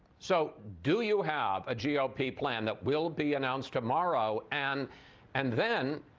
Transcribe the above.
so do you have a g o p. plan that will be announced tomorrow, and and then,